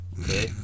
Okay